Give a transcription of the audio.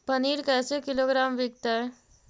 पनिर कैसे किलोग्राम विकतै?